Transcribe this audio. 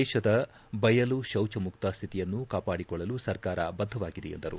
ದೇಶದ ಬಯಲು ಶೌಚ ಮುಕ್ತ ಸ್ವಿತಿಯನ್ನು ಕಾಪಾಡಿಕೊಳ್ಳಲು ಸರ್ಕಾರ ಬದ್ದವಾಗಿದೆ ಎಂದರು